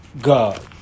God